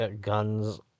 guns